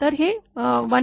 तर ते १